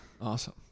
Awesome